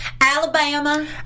Alabama